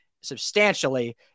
substantially